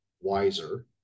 wiser